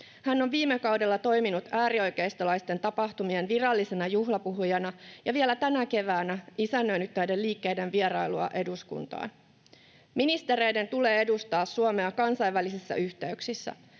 Hän on viime kaudella toiminut äärioikeistolaisten tapahtumien virallisena juhlapuhujana ja vielä tänä keväänä isännöinyt näiden liikkeiden vierailua eduskuntaan. Ministereiden tulee edustaa Suomea kansainvälisissä yhteyksissä.